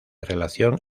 relación